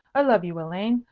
i love you, elaine.